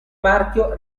marchio